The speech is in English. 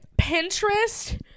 pinterest